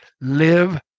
Live